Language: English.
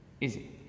Easy